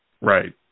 right